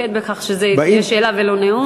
באים, עדיף להתמקד בכך שזו תהיה שאלה ולא נאום.